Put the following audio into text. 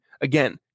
again